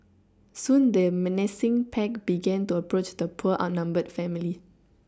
soon the menacing pack began to approach the poor outnumbered family